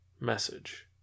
message